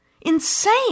Insane